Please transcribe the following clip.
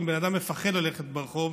אם בן אדם מפחד ללכת ברחוב,